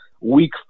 Week